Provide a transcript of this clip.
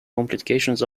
complications